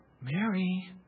Mary